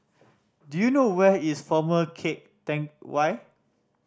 do you know where is Former Keng Teck Whay